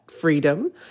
freedom